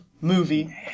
movie